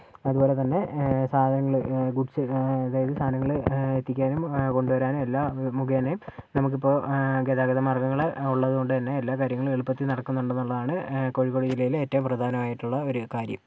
അതുപോലെ തന്നെ സാധനങ്ങള് ഗുഡ്സ് അതായത് സാധനങ്ങള് എത്തിക്കാനും അത് കൊണ്ട് വരാനും എല്ലാം ഇത് മുഖേന നമുക്ക് ഇപ്പോൾ ഗതാഗത മാർഗ്ഗങ്ങൾ ഉള്ളത് കൊണ്ട് തന്നെ എല്ലാ കാര്യങ്ങളും എളുപ്പത്തിൽ നടക്കുന്നുണ്ട് എന്നതാണ് കോഴിക്കോട് ജില്ലയിലെ ഏറ്റവും പ്രധാനം ആയിട്ടുള്ള ഒരു കാര്യം